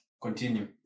continue